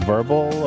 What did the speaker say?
Verbal